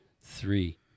three